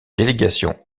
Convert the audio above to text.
délégation